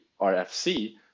RFC